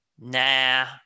Nah